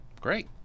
Great